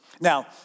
Now